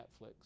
Netflix